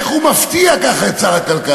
איך הוא מפתיע ככה את שר הכלכלה?